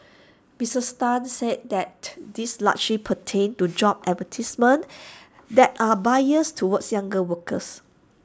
Mrs ten said that these largely pertained to job advertisements that are biased towards younger workers